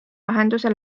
lahenduse